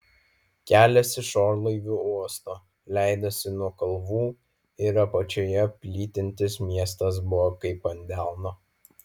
kelias iš orlaivių uosto leidosi nuo kalvų ir apačioje plytintis miestas buvo kaip ant delno